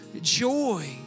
joy